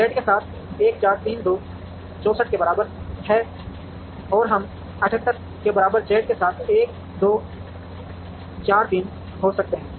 Z के साथ 1 4 3 2 64 के बराबर है और हम 78 के बराबर Z के साथ 1 2 4 3 हो सकते हैं